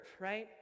right